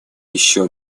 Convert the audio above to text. еще